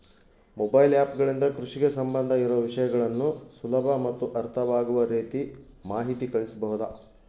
Mobile app ಗಳಿಂದ ಕೃಷಿಗೆ ಸಂಬಂಧ ಇರೊ ವಿಷಯಗಳನ್ನು ಸುಲಭ ಮತ್ತು ಅರ್ಥವಾಗುವ ರೇತಿ ಮಾಹಿತಿ ಕಳಿಸಬಹುದಾ?